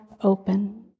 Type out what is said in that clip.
open